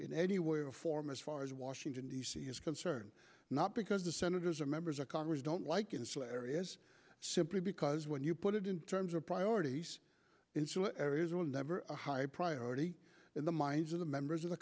in any way or form as far as washington d c is concerned not because the senators or members of congress don't like initial areas simply because when you put it in terms of priorities in two areas it will never a high priority in the minds of the members of the